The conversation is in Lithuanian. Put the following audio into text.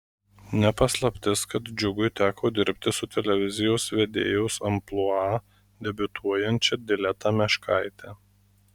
ne paslaptis kad džiugui teko dirbti su televizijos vedėjos amplua debiutuojančia dileta meškaite